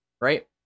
right